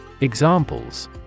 Examples